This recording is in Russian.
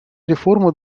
реформы